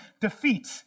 defeat